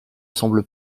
semble